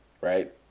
right